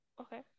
okay